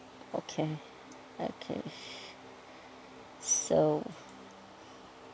okay okay so